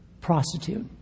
Prostitute